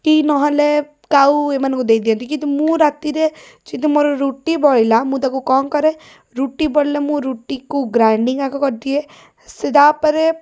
କି ନହେଲେ କାଉ ଏମାନଙ୍କୁ ଦେଇଦିଅନ୍ତି କିନ୍ତୁ ମୁଁ ରାତିରେ ଯଦି ମୋର ରୁଟି ବଳିଲା ମୁଁ ତାକୁ କ'ଣ କରେ ରୁଟି ବଳିଲେ ମୁଁ ରୁଟିକୁ ଗ୍ରାଇଣ୍ଡିଙ୍ଗ ଆଗ କରିଦିଏ ସେ ତା'ପରେ